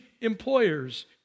employers